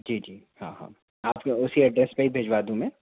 जी जी हाँ हाँ आपके उसी एड्रेस पे ही भिजवा दूँ मैं